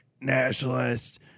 nationalist